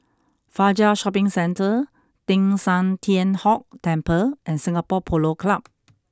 Fajar Shopping Centre Teng San Tian Hock Temple and Singapore Polo Club